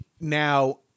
now